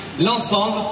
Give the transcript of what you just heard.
l'ensemble